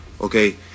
Okay